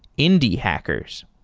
indie hackers.